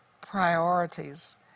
Priorities